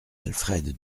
alfred